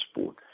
sport